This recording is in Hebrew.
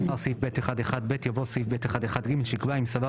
ולאחר סעיף (ב1)(1)(ב) יבוא סעיף (ב1)(1)(ג) שיקבע 'אם סבר